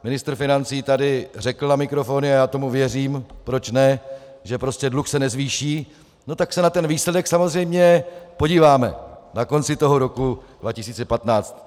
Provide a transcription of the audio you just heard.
Ministr financí tady řekl na mikrofon, a já tomu věřím, proč ne, že prostě dluh se nezvýší, tak se na ten výsledek samozřejmě podíváme na konci roku 2015.